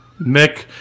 Mick